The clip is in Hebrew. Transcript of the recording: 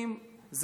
לא לפני עשר שנים,